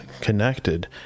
connected